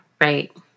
Right